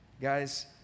Guys